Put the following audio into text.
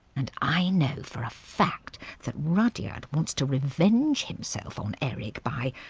and i know for a fact that rudyard wants to revenge himself on eric by,